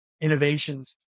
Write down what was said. innovations